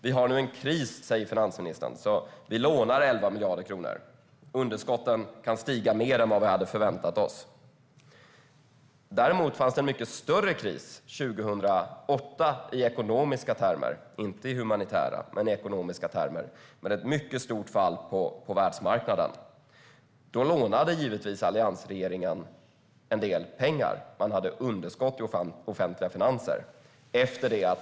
Vi har nu en kris, sa finansministern, så vi lånar 11 miljarder kronor. Underskotten kan stiga mer än vad vi hade förväntat oss. År 2008 var det en mycket större kris i ekonomiska, inte i humanitära, termer. Det skedde ett mycket stort fall på världsmarknaden. Då lånade givetvis alliansregeringen en del pengar eftersom man hade underskott i de offentliga finanserna.